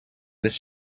this